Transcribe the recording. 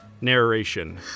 Narration